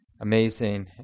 amazing